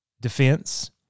defense